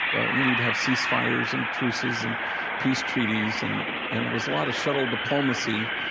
and then we'd have ceasefires and truces and peace treaties. and and it was a lot of shuttle diplomacy,